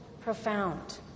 profound